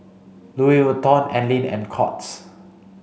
Louis Vuitton Anlene and Courts